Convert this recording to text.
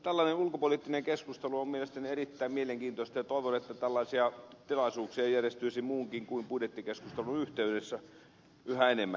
tällainen ulkopoliittinen keskustelu on mielestäni erittäin mielenkiintoista ja toivon että tällaisia tilaisuuksia järjestyisi muunkin kuin budjettikeskustelun yhteydessä yhä enemmän